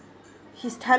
he's